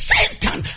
Satan